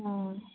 ஆ